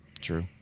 True